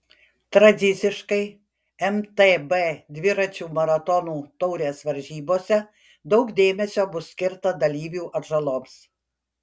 tradiciškai mtb dviračių maratonų taurės varžybose daug dėmesio bus skirta dalyvių atžaloms